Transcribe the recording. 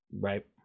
Right